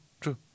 true